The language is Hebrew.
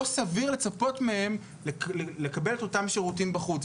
לא סביר לצפות מהם לקבל את אותם שירותים בחוץ.